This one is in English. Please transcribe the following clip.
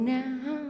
now